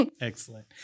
Excellent